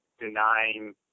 denying